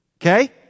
Okay